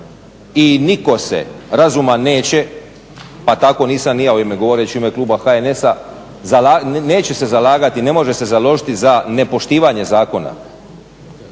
i nitko se razuman neće pa tako nisam ni ja govoreći u ime kluba HNS-a, neće se zalagati, ne može se založiti za nepoštivanje zakona,